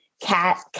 cat